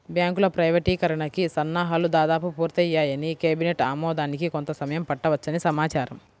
బ్యాంకుల ప్రైవేటీకరణకి సన్నాహాలు దాదాపు పూర్తయ్యాయని, కేబినెట్ ఆమోదానికి కొంత సమయం పట్టవచ్చని సమాచారం